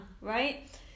right